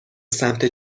سمت